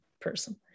person